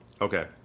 Okay